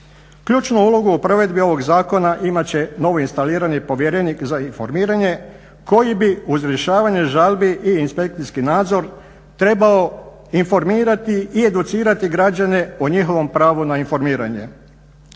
Ključnu ulogu u provedbi ovog zakona imat će novo instalirani povjerenik za informiranje koji bi uz rješavanje žalbi i inspekcijski nadzor trebao informirati i educirati građane o njihovom pravu na informiranje.